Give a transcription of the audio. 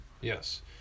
Yes